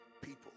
people